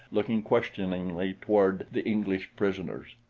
looking questioningly toward the english prisoners.